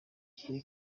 gihe